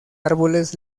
árboles